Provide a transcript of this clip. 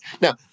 Now